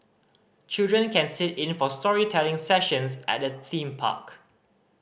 children can sit in for storytelling sessions at the theme park